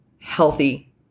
healthy